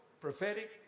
prophetic